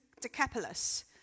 Decapolis